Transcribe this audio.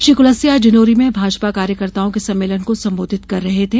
श्री कुलस्ते आज डिंडोरी में भाजपा कार्यकर्ताओं के सम्मेलन को संबोधित कर रहे थे